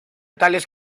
tales